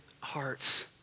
hearts